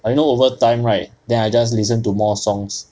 but you know over time right then I just listen to more songs